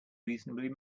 reasonably